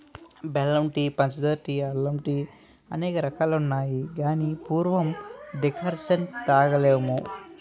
బెల్లం టీ పంచదార టీ అల్లం టీఅనేక రకాలున్నాయి గాని పూర్వం డికర్షణ తాగోలుము